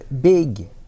Big